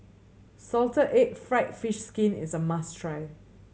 salted egg fried fish skin is a must try